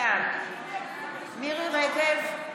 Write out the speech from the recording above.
בעד מירי מרים רגב,